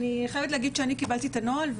אני חייבת להגיד שאני קיבלתי את הנוהל,